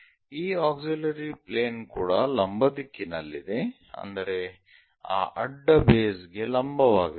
ಈ auxiliary plane ಕೂಡಾ ಲಂಬ ದಿಕ್ಕಿನಲ್ಲಿದೆ ಅಂದರೆ ಆ ಅಡ್ಡ ಬೇಸ್ ಗೆ ಲಂಬವಾಗಿರುತ್ತದೆ